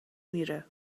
میره